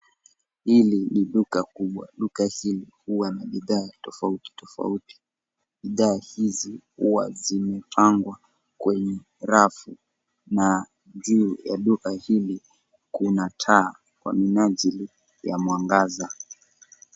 Hii ni duka kubwa. Duka hili huwa na bidhaa tofauti tofauti. Bidhaa hizi huwa zimepangwa kwenye rafu na juu ya duka hili lina taa kwa minajili ya mwangaza.